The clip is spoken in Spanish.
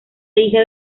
hija